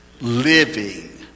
living